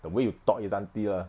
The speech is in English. the way you talk is auntie ah